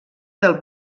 del